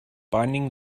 binding